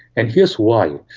and here's why.